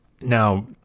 now